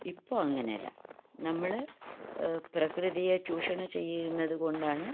ഇപ്പോൾ അങ്ങനെയല്ല നമ്മള് പ്രകൃതിയെ ചൂഷണം ചെയ്യുന്നതുകൊണ്ടാണ്